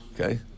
Okay